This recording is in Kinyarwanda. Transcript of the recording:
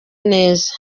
neza